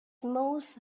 most